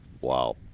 Wow